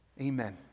Amen